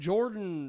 Jordan